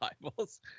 Bibles